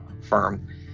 firm